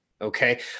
okay